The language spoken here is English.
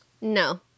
No